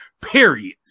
period